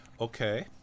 Okay